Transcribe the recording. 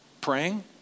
Praying